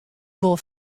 wol